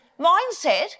mindset